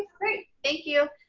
great. thank you.